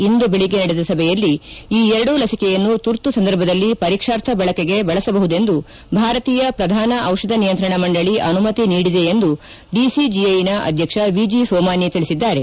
ಇಂದು ಬೆಳಗ್ಗೆ ನಡೆದ ಸಭೆಯಲ್ಲಿ ಈ ಎರಡೂ ಲಿಸಿಕೆಯನ್ನು ತುರ್ತು ಸಂದರ್ಭದಲ್ಲಿ ಪರೀಕ್ಷಾರ್ಥ ಬಳಕೆಗೆ ಬಳಸಬಹುದೆಂದು ಭಾರತೀಯ ಶ್ರಧಾನ ಔಷಧ ನಿಯಂತ್ರಣ ಮಂಡಳಿ ಅನುಮತಿ ನೀಡಿದೆ ಎಂದು ಡಿಜೆಸಿಐನ ವಿ ಜೆ ಸೋಮಾನಿ ತಿಳಿಸಿದ್ದಾರೆ